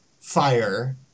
fire